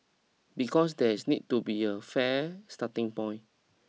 because there is need to be a fair starting point